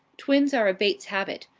twins are a bates habit.